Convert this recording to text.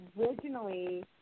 originally